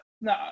no